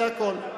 זה הכול.